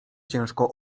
ciężko